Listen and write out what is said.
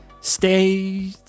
Stay